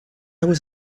was